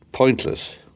pointless